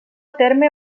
terme